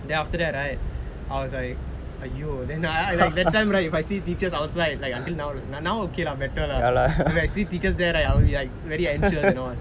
then after that right I was like !aiyo! then I I that time right if I see teachers I was like until now now okay lah better lah if I see teachers there right I was very anxious and all